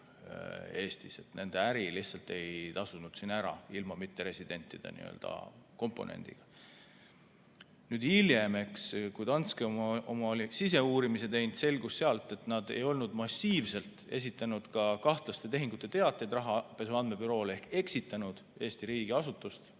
Eestis. Nende äri lihtsalt ei tasunud siin ära ilma mitteresidentide komponendita. Hiljem, kui Danske oli oma siseuurimise teinud, selgus, et nad ei olnud massiivselt esitanud ka kahtlaste tehingute teateid Rahapesu Andmebüroole ehk olid massiivselt eksitanud Eesti riigiasutust.